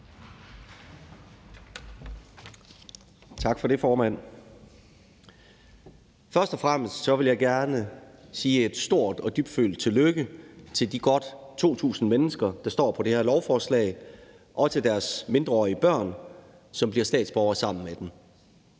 Tak for det, formand. Først og fremmest vil jeg gerne sige et stort og dybtfølt tillykke til de godt 2.000 mennesker, der står på det her lovforslag, og til deres mindreårige børn, som bliver statsborgere sammen med dem.